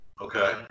Okay